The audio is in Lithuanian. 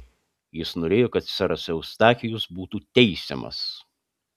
jis norėjo kad seras eustachijus būtų teisiamas